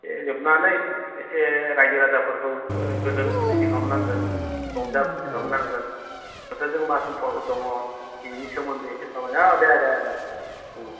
बे जोबनानै एसे रायजो राजाफोरखौ गोजोन खुसि खालामनांगोन रंजा खुसि खालामनांगोन बोथोरजों मा सम्परक' दङ नै बिनि सोमोन्दै एसे सावराय औ दे दे दे उम